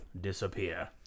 disappear